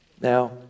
Now